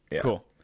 Cool